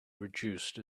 reduced